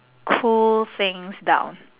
cool things down